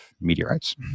meteorites